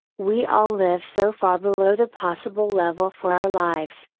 we all live so far below the possible level for our lives,